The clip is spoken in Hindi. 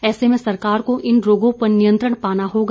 ऐसे में सरकार को इन रोगों पर नियंत्रण पाना होगा